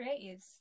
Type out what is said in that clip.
creatives